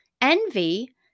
Envy